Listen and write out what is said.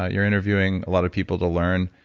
ah you're interviewing a lot of people to learn.